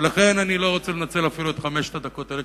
ולכן אני לא רוצה לנצל אפילו את חמש הדקות האלה,